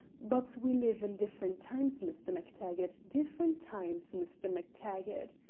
but we live in different times, mr. mactaggart different times, mr. mactaggart,